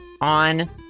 on